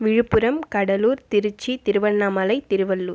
Villupuram Cuddalore Tiruchi Tiruvannamalai Tiruvallur